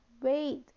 wait